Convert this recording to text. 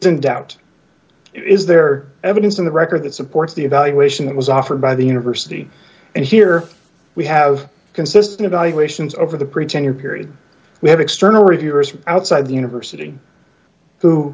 to doubt is there evidence in the record that supports the evaluation that was offered by the university and here we have consistent evaluations over the pretender period we have external reviewers from outside the university who